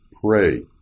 pray